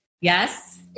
Yes